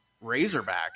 razorback